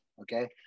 okay